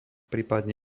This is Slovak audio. prípadne